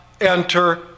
enter